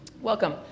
welcome